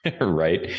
right